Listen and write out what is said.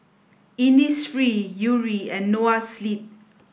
Innisfree Yuri and Noa Sleep